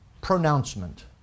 pronouncement